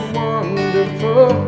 wonderful